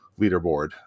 leaderboard